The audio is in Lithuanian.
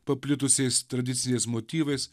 paplitusiais tradiciniais motyvais